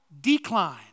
decline